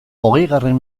hogeigarren